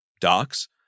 Docs